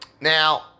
Now